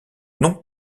non